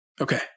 Okay